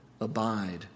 abide